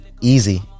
easy